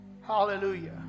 hallelujah